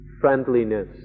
friendliness